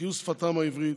"החיו שפתם העברית,